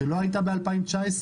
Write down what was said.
שלא הייתה ב-2019?